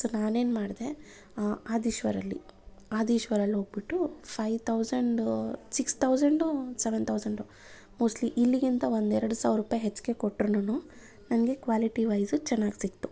so ನಾನೇನು ಮಾಡಿದೆ ಆದೀಶ್ವರಲ್ಲಿ ಆದೀಶ್ವರಲ್ಲಿ ಹೋಗಿಬಿಟ್ಟು five thousand six thousand seven ಥೌಸಂಡೋ ಮೋಸ್ಟ್ಲಿ ಇಲ್ಲಿಗಿಂತ ಒಂದು ಎರಡು ಸಾವಿರ ರೂಪಾಯಿ ಹೆಚ್ಚಿಗೆ ಕೊಟ್ರನು ನನಗೆ ಕ್ವಾಲಿಟಿ ವೈಸು ಚೆನ್ನಾಗಿ ಸಿಕ್ತು